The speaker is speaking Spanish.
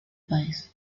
país